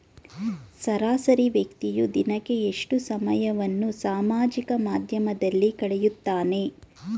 ಸರಾಸರಿ ವ್ಯಕ್ತಿಯು ದಿನಕ್ಕೆ ಎಷ್ಟು ಸಮಯವನ್ನು ಸಾಮಾಜಿಕ ಮಾಧ್ಯಮದಲ್ಲಿ ಕಳೆಯುತ್ತಾನೆ?